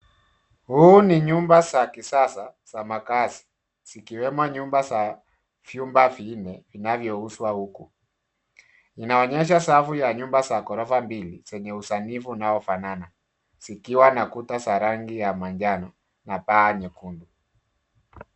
Huu ni nyumba za kisasa za makazi zikiwemo nyumba za vyumba vinne vinavyouzwa uku. Inaonyesha safu ya nyumba za ghorofa mbili zenye usanifu unaofanana zikiwa na kuta za rangi ya manjano na paa nyekundu.